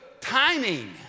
timing